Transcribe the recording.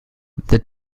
the